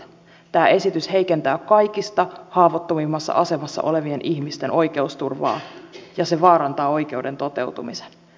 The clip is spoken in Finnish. tämä esitys heikentää kaikista haavoittuvimmassa asemassa olevien ihmisten oikeusturvaa ja vaarantaa oikeuden toteutumisen